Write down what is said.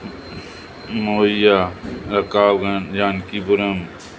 Mawaiya Rakab Ganj Jankipuram